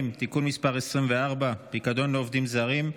(תיקון מס' 24) (פיקדון לעובדים זרים),